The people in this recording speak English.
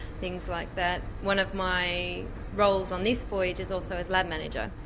things like that. one of my roles on this voyage is also as lab manager.